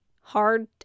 hard